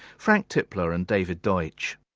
frank tipler and david deutsch.